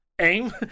Aim